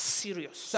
serious